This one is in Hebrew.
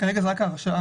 כרגע זו רק ההרשאה,